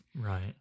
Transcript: Right